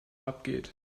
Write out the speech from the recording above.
abgeht